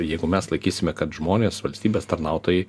jeigu mes laikysime kad žmonės valstybės tarnautojai